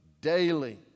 daily